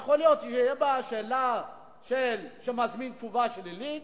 יכול להיות שתהיה בה שאלה שמזמינה תשובה שלילית,